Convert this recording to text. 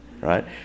right